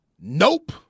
nope